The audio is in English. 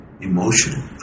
emotional